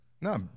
No